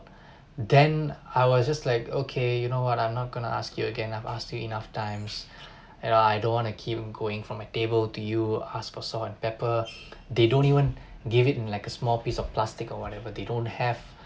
then I was just like okay you know what I'm not gonna ask you again I've asked you enough times and I I don't want to keep going from a table to you ask for salt and pepper they don't even give it in like a small piece of plastic or whatever they don't have